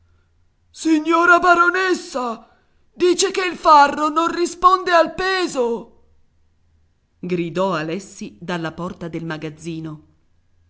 signora baronessa dice che il farro non risponde al peso gridò alessi dalla porta del magazzino